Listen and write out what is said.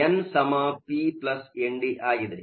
ಆದ್ದರಿಂದ n p Nd ಆಗಿದೆ